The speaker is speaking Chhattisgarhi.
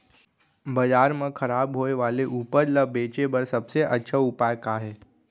बाजार मा खराब होय वाले उपज ला बेचे बर सबसे अच्छा उपाय का हे?